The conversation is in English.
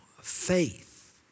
faith